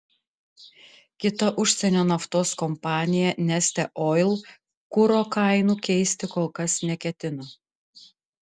kita užsienio naftos kompanija neste oil kuro kainų keisti kol kas neketina